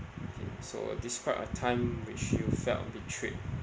okay so describe a time which you felt betrayed